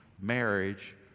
marriage